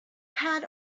had